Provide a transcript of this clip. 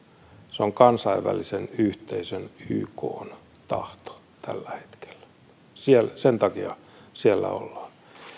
se on kansainvälisen yhteisön ykn tahto tällä hetkellä sen takia siellä ollaan